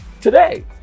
today